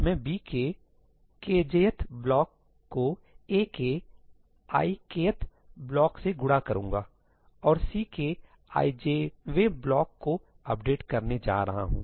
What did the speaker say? मैं B केk j th block को A के i k th ब्लॉक से गुणा करूंगा और C के i j वें ब्लॉक को अपडेट करने जा रहा हूं